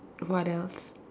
what else